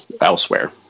elsewhere